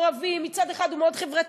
מעורבים: מצד אחד הוא מאוד חברתי,